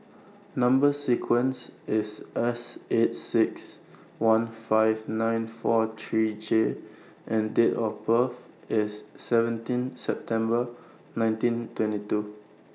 Number sequence IS S eight six one five nine four three J and Date of birth IS seventeen September nineteen twenty two